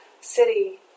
city